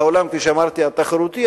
בעולם התחרותי,